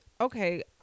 okay